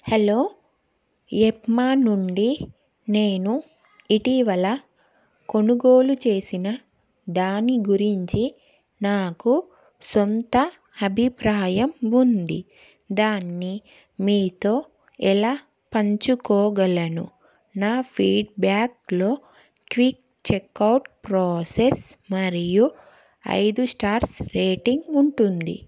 hello Yepme నుండి నేను ఇటీవల కొనుగోలు చేసిన దాని గురించి నాకు సొంత అభిప్రాయం ఉంది దాన్ని మీతో ఎలా పంచుకోగలను నా ఫీడ్బ్యాక్లో క్విక్ చెక్ ఔట్ ప్రోసెస్ మరియు ఐదు స్టార్స్ రేటింగ్ ఉంటుంది